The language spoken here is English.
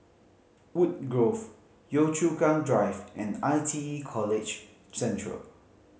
Woodgrove Yio Chu Kang Drive and I T E College Central